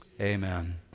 Amen